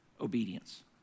obedience